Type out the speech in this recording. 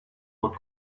not